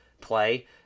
play